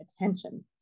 attention